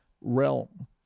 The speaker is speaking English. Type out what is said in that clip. realm